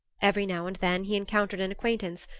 every now and then he encountered an acquaintance,